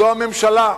זו הממשלה,